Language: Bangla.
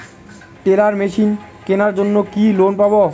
টেলার মেশিন কেনার জন্য কি লোন পাব?